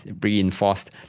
reinforced